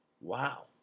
wow